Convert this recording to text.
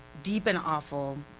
deep and awful,